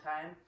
time